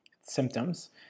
symptoms